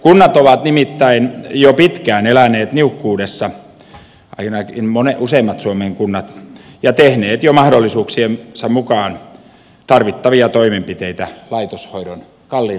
kunnat ovat nimittäin jo pitkään eläneet niukkuudessa ainakin useimmat suomen kunnat ja tehneet jo mahdollisuuksiensa mukaan tarvittavia toimenpiteitä kalliin laitoshoidon vähentämiseksi